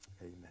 Amen